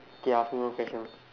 okay ask me one question